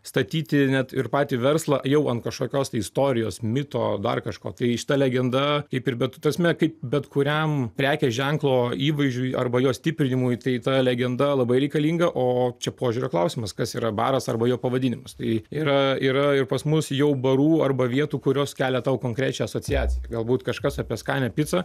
statyti net ir patį verslą jau ant kažkokios tai istorijos mito dar kažko tai šita legenda kaip ir bet ta prasme kaip bet kuriam prekės ženklo įvaizdžiui arba jo stiprinimui tai ta legenda labai reikalinga o čia požiūrio klausimas kas yra baras arba jo pavadinimas tai yra yra ir pas mus jau barų arba vietų kurios kelia tau konkrečią asociaciją galbūt kažkas apie skanią picą